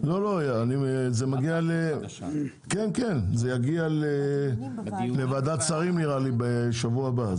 זה יגיע לוועדת שרים נראה לי שבשבוע הבא.